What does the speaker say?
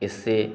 इससे